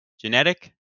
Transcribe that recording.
Genetic